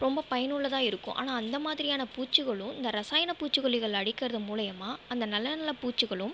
ரொம்ப பயனுள்ளதாக இருக்கும் ஆனால் அந்த மாதிரியான பூச்சிகளும் இந்த ரசாயன பூச்சிக்கொல்லிகள் அடிக்கிறது மூலியமாக அந்த நல்ல நல்ல பூச்சிகளும்